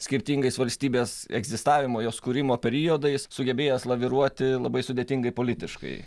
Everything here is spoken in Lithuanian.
skirtingais valstybės egzistavimo jos kūrimo periodais sugebėjęs laviruoti labai sudėtingai politiškai